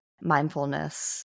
mindfulness